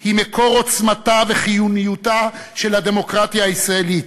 היא מקור עוצמתה וחיוניותה של הדמוקרטיה הישראלית.